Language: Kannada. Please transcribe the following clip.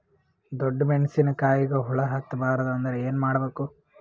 ಡೊಣ್ಣ ಮೆಣಸಿನ ಕಾಯಿಗ ಹುಳ ಹತ್ತ ಬಾರದು ಅಂದರ ಏನ ಮಾಡಬೇಕು?